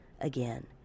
again